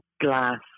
glass